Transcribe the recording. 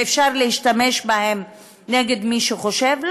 ואפשר להשתמש בהן נגד מי שחושב?